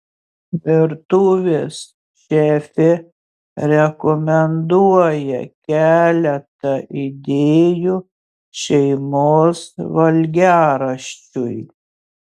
virtuvės šefė rekomenduoja keletą idėjų šeimos valgiaraščiui